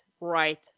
right